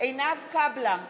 עינב קאבלה,